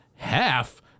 Half